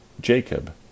Jacob